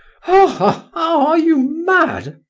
ha, ha! are you mad?